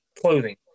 clothing